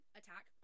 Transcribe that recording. attack